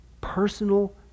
personal